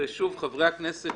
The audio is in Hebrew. וחברי הכנסת